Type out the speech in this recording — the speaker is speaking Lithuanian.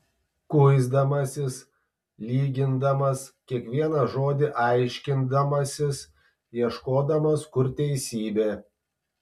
kuisdamasis lygindamas kiekvieną žodį aiškindamasis ieškodamas kur teisybė